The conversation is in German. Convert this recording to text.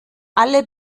alle